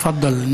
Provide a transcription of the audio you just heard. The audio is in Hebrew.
תפדל.